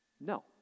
No